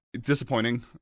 disappointing